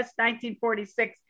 1946